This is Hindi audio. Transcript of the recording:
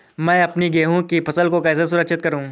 मैं अपनी गेहूँ की फसल को कैसे सुरक्षित करूँ?